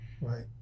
Right